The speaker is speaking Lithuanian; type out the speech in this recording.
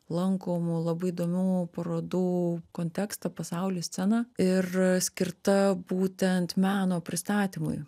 lankomų labai įdomių parodų kontekstą pasaulis scena ir skirta būtent meno pristatymui